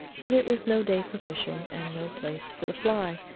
but it was no day for fishing, and no place for the fly,